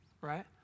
right